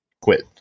Quit